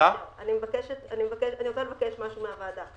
אני רוצה לבקש משהו מהוועדה.